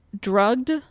drugged